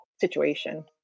situation